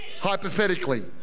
Hypothetically